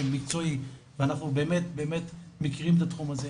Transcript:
מקצועי ואנחנו באמת באמת מכירים את התחום הזה,